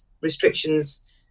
restrictions